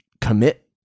commit